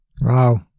Wow